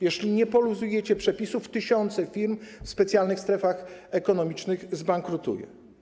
Jeśli nie poluzujecie przepisów, tysiące firm w specjalnych strefach ekonomicznych zbankrutuje.